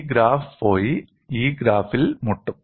ഈ ഗ്രാഫ് പോയി ഈ ഗ്രാഫിൽ മുട്ടും